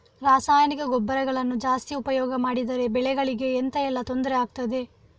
ರಾಸಾಯನಿಕ ಗೊಬ್ಬರಗಳನ್ನು ಜಾಸ್ತಿ ಉಪಯೋಗ ಮಾಡಿದರೆ ಬೆಳೆಗಳಿಗೆ ಎಂತ ಎಲ್ಲಾ ತೊಂದ್ರೆ ಆಗ್ತದೆ?